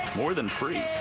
more than free,